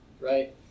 right